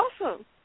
awesome